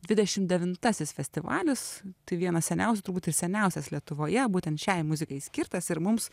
dvidešim devintasis festivalis tai vienas seniausių turbūt ir seniausias lietuvoje būtent šiai muzikai skirtas ir mums